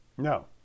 No